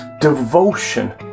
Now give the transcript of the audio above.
devotion